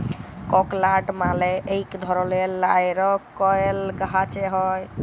ককলাট মালে ইক ধরলের লাইরকেল গাহাচে হ্যয়